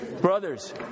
Brothers